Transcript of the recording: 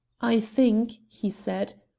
i think, he said,